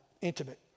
intimate